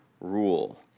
rule